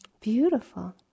beautiful